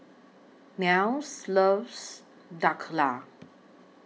Nels loves Dhokla